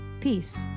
Peace